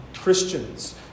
Christians